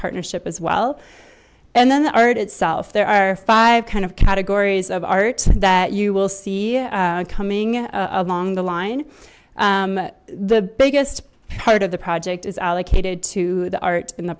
partnership as well and then the art itself there are five kind of categories of art that you will see coming along the line the biggest part of the project is allocated to the art in the